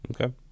okay